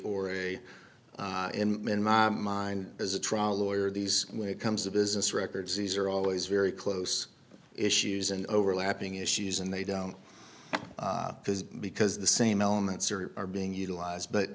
a in my mind as a trial lawyer these when it comes to business records these are always very close issues and overlapping issues and they don't because the same elements are being utilized but